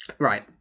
right